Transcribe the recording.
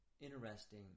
interesting